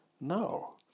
no